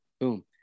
boom